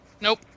Nope